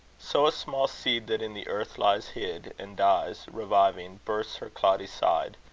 so a small seed that in the earth lies hid and dies, reviving bursts her cloddy side,